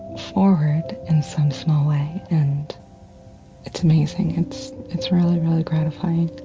forward in some small way, and it's amazing. it's it's really, really gratifying